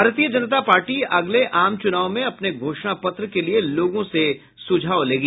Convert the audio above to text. भारतीय जनता पार्टी अगले आम चुनावों में अपने घोषणा पत्र के लिए लोगों से सुझाव लेगी